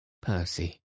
Percy